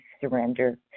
surrender